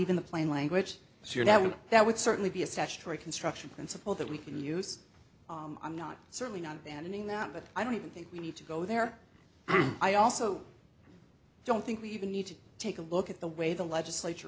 even the plain language sure that would that would certainly be a statutory construction principle that we can use i'm not certainly not abandoning that but i don't even think we need to go there and i also don't think we even need to take a look at the way the legislature